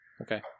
Okay